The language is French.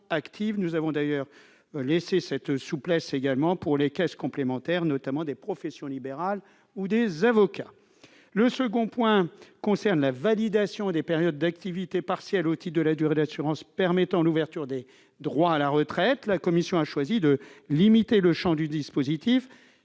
Nous avons d'ailleurs laissé cette souplesse, également, pour les caisses complémentaires, comme celles des professions libérales, notamment des avocats. Le second point concerne la validation des périodes d'activité partielle au titre de la durée d'assurance permettant l'ouverture des droits à la retraite. La commission a choisi de limiter strictement le champ du dispositif